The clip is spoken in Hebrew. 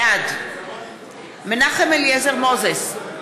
בעד מנחם אליעזר מוזס,